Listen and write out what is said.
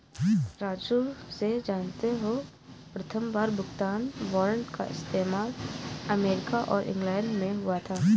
राजू से जानते हो प्रथमबार भुगतान वारंट का इस्तेमाल अमेरिका और इंग्लैंड में हुआ था